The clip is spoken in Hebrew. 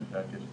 שאושרה,